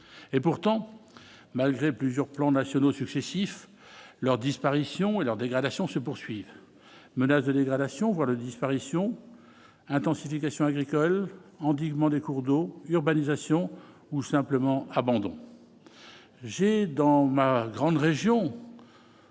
et pourtant, malgré plusieurs plans nationaux successifs leur disparition et leur dégradation se poursuivent, menace de dégradation, voire de disparition intensification agricole endiguement des cours d'eau urbanisation ou simplement abandon j'ai dans ma grande région.